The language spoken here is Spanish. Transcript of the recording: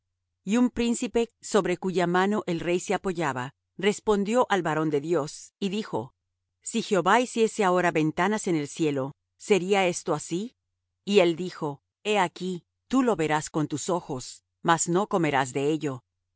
y un príncipe sobre cuya mano el rey se apoyaba respondió al varón de dios y dijo si jehová hiciese ahora ventanas en el cielo sería esto así y él dijo he aquí tú lo verás con tus ojos mas no comerás de ello